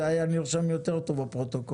זה היה נרשם יותר טוב בפרוטוקול.